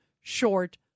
short